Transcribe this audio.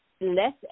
less